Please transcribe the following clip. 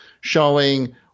showing